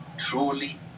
Truly